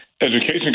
education